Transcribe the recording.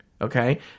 Okay